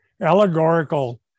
allegorical